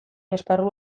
esparru